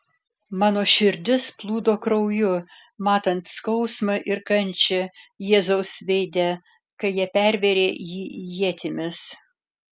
mano širdis plūdo krauju matant skausmą ir kančią jėzaus veide kai jie pervėrė jį ietimis